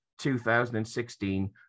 2016